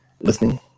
listening